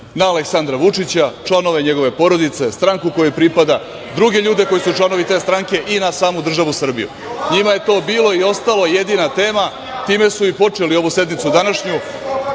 na Aleksandra Vučića, članove njegove porodice, stranku kojoj pripada, druge ljude koji su članovi te stranke i na samu državu Srbiju. NJima je to bilo i ostalo jedina tema time su i počeli ovu današnju